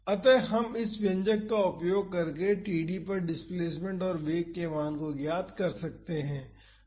अतः हम इस व्यंजक का उपयोग करके td पर डिस्प्लेसमेंट और वेग के मान ज्ञात कर सकते हैं